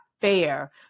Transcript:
fair